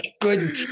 good